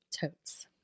Totes